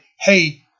Hey